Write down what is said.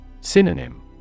Synonym